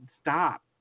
stop